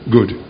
Good